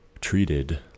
treated